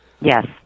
Yes